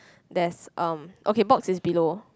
there's um okay box is below